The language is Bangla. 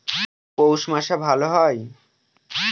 পৌষ মাসে ভালো হয়?